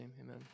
amen